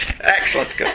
Excellent